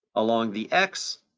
along the x,